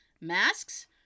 Masks